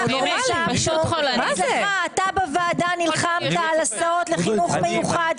אתה בוועדה נלחמת על הסעות לחינוך מיוחד,